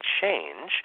change